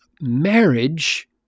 marriage